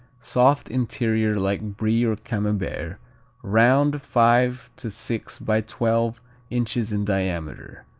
soft interior like brie or camembert round, five to six by twelve inches in diameter.